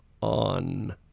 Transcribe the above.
on